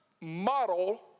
model